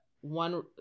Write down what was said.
one